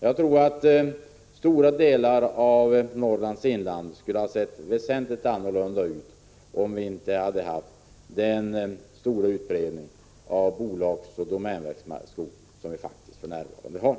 Jag tror att stora delar av Norrlands inland skulle ha sett väsentligt annorlunda ut, om vi inte hade haft den stora utbredning av bolagsoch domänverksskog som vi faktiskt för närvarande har.